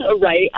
Right